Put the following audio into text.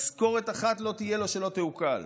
משכורת אחת לא תהיה לו שלא תעוקל,